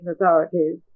authorities